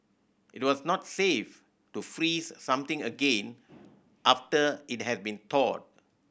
it was not safe to freeze something again after it has been thawed